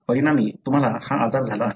परिणामी तुम्हाला हा आजार झाला आहे